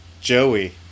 Joey